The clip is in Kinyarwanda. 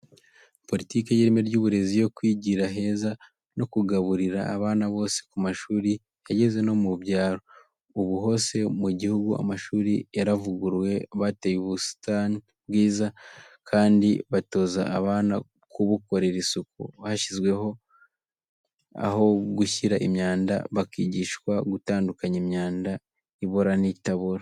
Politike y'ireme ry'uburezi yo kwigira heza no kugaburira abana bose ku mashuri yageze no mu byaro, ubu hose mu gihugu amashuri yaravuguruwe, bateye ubusita bwiza kandi batoza abana kubukorera isuku, hashyizweho aho gushyira imyanda bakigishwa gutandukanya imyanda ibora n'itabora.